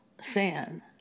sin